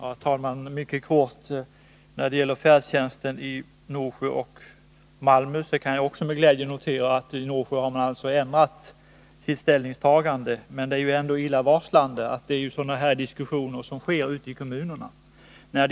Herr talman! Mycket kort: När det gäller färdtjänsten i Norsjö och Malmö har jag också med glädje noterat att man i Norsjö har ändrat sitt ställningstagande. Men det är ändå illavarslande att sådana diskussioner förs ute i kommunerna.